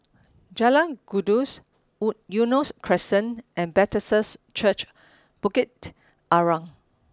Jalan Gajus Eunos Crescent and Bethesda Church Bukit Arang